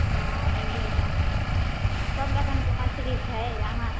हँ आबू लऽ जाउ सब रङ्गके मछरी छै अहाँ